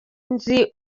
nzi